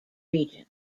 region